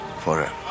Forever